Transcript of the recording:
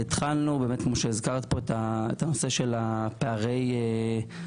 התחלנו, כמו שהזכרת פה, את הנושא של פערי ההשכלה.